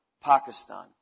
Pakistan